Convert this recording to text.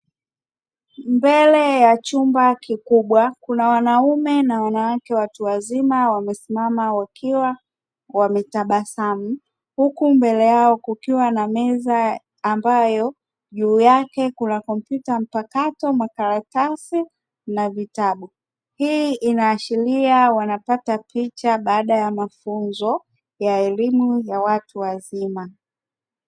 Mbele ya chumba kikubwa, kuna wanaume na wanawake watu wazima wamesimama wakiwa wametabasamu huku mbele yao kukiwa na meza ambayo juu yake kuna kompyuta mpakato, makaratasi na vitabu. Hii inaashiria wanapata picha baada ya mafunzo ya elimu ya watu wazima.